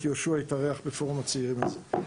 יהושוע התארח בפורום הצעירים הזה.